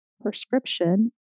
Prescription